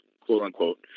quote-unquote